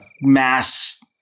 mass